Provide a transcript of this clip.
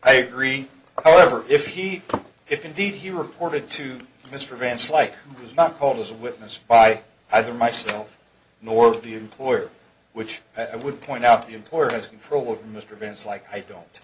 i agree however if he if indeed he reported to mr van slyke was not called as a witness by either myself nor the employer which i would point out the employer has control of mr vance like i don't